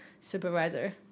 supervisor